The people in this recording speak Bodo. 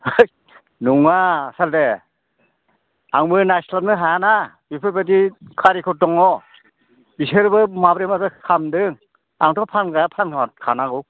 हैद नङा सालथे आंबो नायस्लाबनो हायाना बेफोरबायदि खारिखर दङ बिसोरबो माबोरै माबोरै फानदों आंथ' फानग्राया फानहरखानांगौ